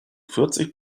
vierzig